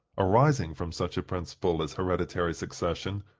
arising from such a principle as hereditary succession,